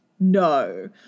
No